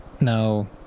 No